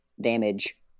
damage